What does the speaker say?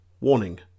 Warning